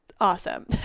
awesome